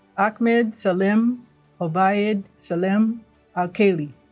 ahmed salem obaid salem alkhyeli